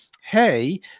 hey